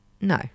No